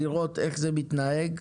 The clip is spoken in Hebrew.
לראות איך זה מתנהג.